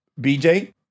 BJ